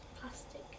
plastic